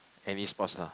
any sports lah